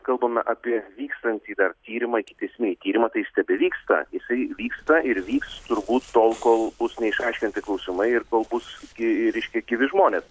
kalbame apie vykstantį dar tyrimą ikiteisminį tyrimą tai jis tebevyksta jisai vyksta ir vyks turbūt tol kol bus neišaiškinti klausimai ir kol bus gi reiškia gyvi žmonės